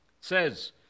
says